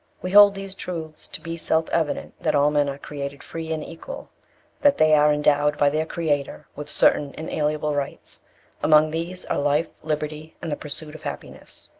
we hold these truths to be self-evident, that all men are created free and equal that they are endowed by their creator with certain inalienable rights among these are life, liberty, and the pursuit of happiness.